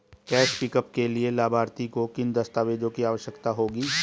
Cash pickup के लिए लाभार्थी को किन दस्तावेजों की आवश्यकता होगी?